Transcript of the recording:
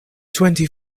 twenty